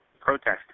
protest